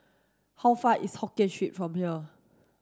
how far is Hokkien Street from here